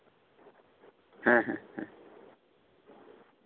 ᱦᱮᱸ ᱦᱮᱸ ᱦᱮᱸ